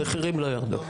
המחירים לא ירדו.